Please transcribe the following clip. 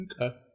Okay